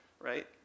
right